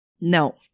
No